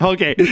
Okay